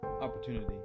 opportunity